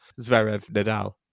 Zverev-Nadal